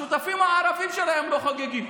השותפים הערבים שלהם לא חוגגים.